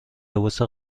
لباس